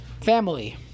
family